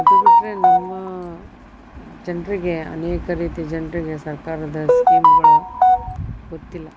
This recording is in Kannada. ಇದು ಬಿಟ್ಟರೆ ನಮ್ಮ ಜನರಿಗೆ ಅನೇಕ ರೀತಿ ಜನರಿಗೆ ಸರ್ಕಾರದ ಸ್ಕೀಮ್ಗಳು ಗೊತ್ತಿಲ್ಲ